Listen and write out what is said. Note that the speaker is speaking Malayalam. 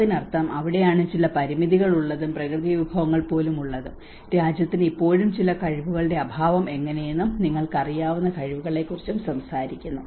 അതിനർത്ഥം അവിടെയാണ് ചില പരിമിതികൾ ഉള്ളതും പ്രകൃതിവിഭവങ്ങൾ പോലും ഉള്ളതും രാജ്യത്തിന് ഇപ്പോഴും ചില കഴിവുകളുടെ അഭാവം എങ്ങനെയെന്നും നിങ്ങൾക്ക് അറിയാവുന്ന കഴിവുകളെക്കുറിച്ചും സംസാരിക്കുന്നു